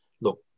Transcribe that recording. look